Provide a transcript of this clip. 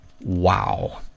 Wow